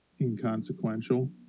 inconsequential